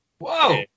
Whoa